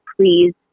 please